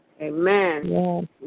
Amen